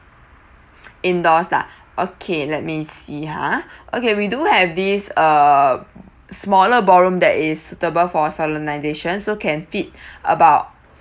indoors lah okay let me see ha okay we do have this uh smaller ballroom that is suitable for solemnisation so can fit about